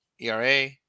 ERA